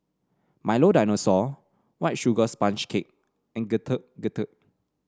Milo Dinosaur White Sugar Sponge Cake and Getuk Getuk